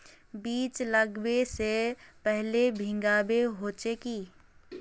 बीज लागबे से पहले भींगावे होचे की?